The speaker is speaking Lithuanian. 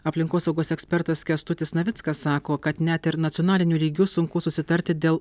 aplinkosaugos ekspertas kęstutis navickas sako kad net ir nacionaliniu lygiu sunku susitarti dėl